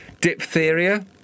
Diphtheria